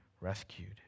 rescued